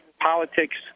Politics